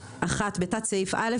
בתת סעיף (ה),